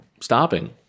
stopping